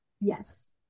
Yes